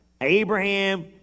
Abraham